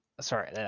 sorry